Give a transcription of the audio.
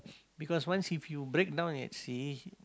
because once if you breakdown at sea